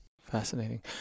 Fascinating